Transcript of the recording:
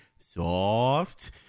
soft